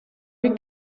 wie